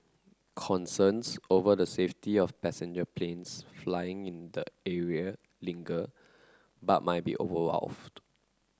concerns over the safety of passenger planes flying in the area linger but might be overwrought